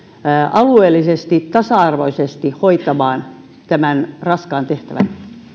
alueellisesti tasa arvoisesti hoitamaan tämän raskaan tehtävän